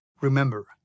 Remember